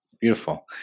beautiful